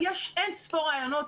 יש אין-ספור רעיונות.